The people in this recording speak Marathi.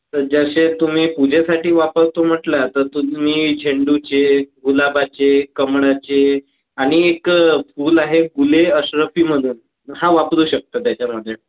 तर जसे तुम्ही पूजेसाठी वापरतो म्हटलं तर तुम्ही झेंडूचे गुलाबाचे कमळाचे आणि एक फूल आहे गुले अशरफी म्हणून हा वापरू शकता त्याच्यामध्ये